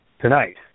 Tonight